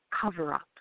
cover-up